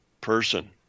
person